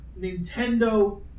Nintendo